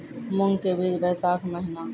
मूंग के बीज बैशाख महीना